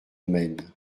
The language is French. maine